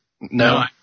no